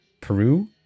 Peru